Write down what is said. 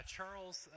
Charles